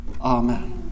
Amen